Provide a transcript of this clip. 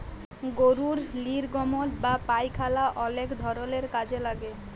গরুর লির্গমল বা পায়খালা অলেক ধরলের কাজে লাগে